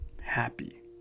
happy